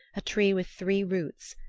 a tree with three roots,